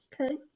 Okay